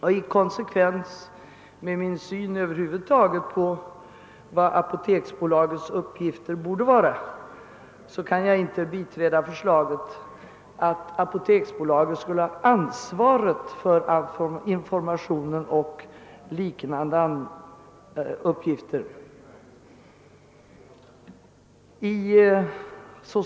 Och i konsekvens med min syn på vad apoteksbolagets uppgifter bör vara, kan jag inte biträda förslaget att apoteksbolaget skulle ha ansvaret för informationen och liknande uppgifter.